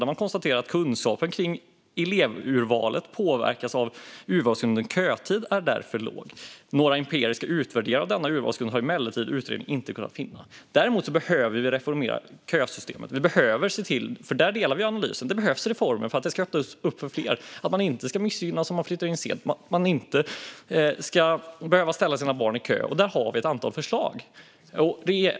Där står det: Kunskapen kring hur elevurvalet påverkas av urvalsgrunden kötid är därför låg. Vidare står det: Någon empirisk utvärdering av denna urvalsgrund har emellertid utredningen inte kunnat finna. Däremot behöver vi reformera kösystemet. Där delar vi analysen. Det behövs reformer så att detta ska öppnas för fler. Man ska inte missgynnas om man flyttar sent till en kommun. Man ska inte behöva ställa sina barn i kö. Där har vi ett antal förslag.